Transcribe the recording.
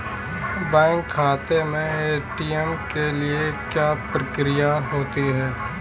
Bank खाते में ATM के लिए क्या प्रक्रिया होती है?